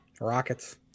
Rockets